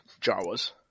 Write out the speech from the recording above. Jawas